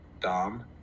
Dom